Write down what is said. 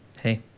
hey